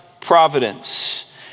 providence